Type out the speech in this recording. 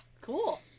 Cool